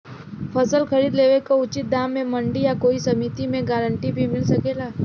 फसल खरीद लेवे क उचित दाम में मंडी या कोई समिति से गारंटी भी मिल सकेला?